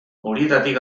horietatik